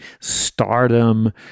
stardom